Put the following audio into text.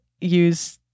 use